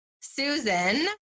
Susan